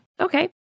Okay